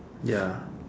ya